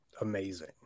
Amazing